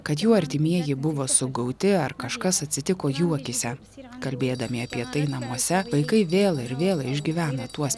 kad jų artimieji buvo sugauti ar kažkas atsitiko jų akyse kalbėdami apie tai namuose vaikai vėl ir vėl išgyvena tuos